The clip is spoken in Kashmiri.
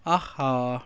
اہا